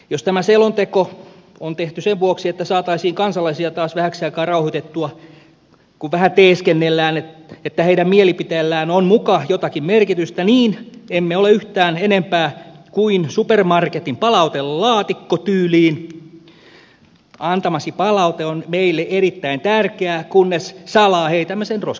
jos tämä selonteko on tehty sen vuoksi että saataisiin kansalaisia taas vähäksi aikaa rauhoitettua kun vähän teeskennellään että heidän mielipiteillään on muka jotakin merkitystä niin emme ole yhtään enempää kuin supermarketin palautelaatikko tyyliin antamasi palaute on meille erittäin tärkeä kunnes salaa heitämme sen roskakoriin